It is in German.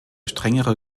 strengere